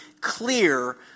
clear